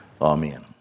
Amen